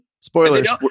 Spoilers